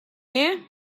there